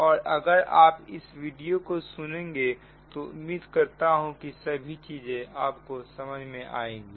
और अगर आप इस वीडियो को सुनेंगे तो उम्मीद करता हूं की सभी चीज आपको समझ में आ जाएगी